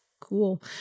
Cool